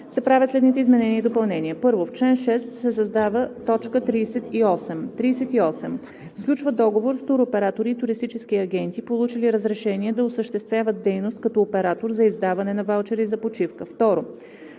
правят следните изменения и допълнения: 1. В чл. 6 се създава т. 38: „38. сключва договор с туроператори и туристически агенти, получили разрешение да осъществяват дейност като оператор за издаване на ваучери за почивка.“